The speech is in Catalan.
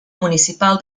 municipal